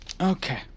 Okay